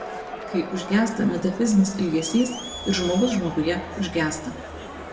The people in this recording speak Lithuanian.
kai užgęsta metafizinis ilgesys ir žmogus žmoguje užgęsta